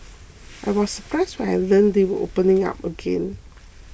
I was surprised when I learnt they were opening up again